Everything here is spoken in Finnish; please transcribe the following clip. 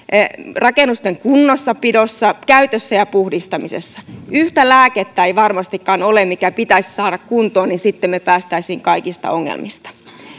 rakennusten kunnossapidossa käytössä ja puhdistamisessa yhtä lääkettä ei varmastikaan ole mikä pitäisi saada kuntoon minkä jälkeen me sitten pääsisimme kaikista ongelmista